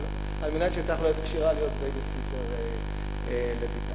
כדי להיות כשירה להיות בייביסיטר לבתה.